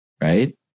right